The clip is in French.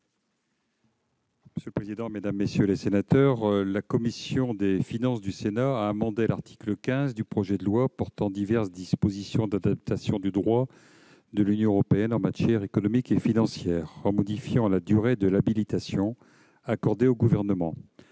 : La parole est à M. le ministre délégué. La commission des finances du Sénat a amendé l'article 15 du projet de loi portant diverses dispositions d'adaptation au droit de l'Union européenne en matière économique et financière et modifié la durée de l'habilitation accordée au Gouvernement